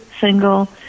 single